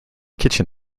kitchen